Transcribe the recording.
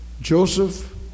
Joseph